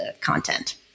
content